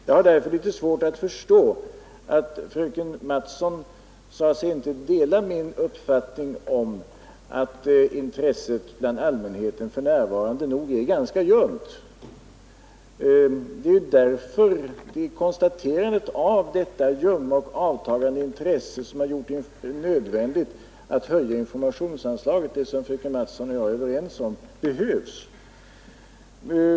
Jag har därför litet svårt att förstå att fröken Mattson sade sig inte dela min uppfattning, att intresset bland allmänheten för närvarande nog är ganska ljumt. Det är konstaterandet av detta ljumma och avtagande intresse som gjort det nödvändigt att höja informationsanslaget, något som fröken Mattson och jag är överens om behövs.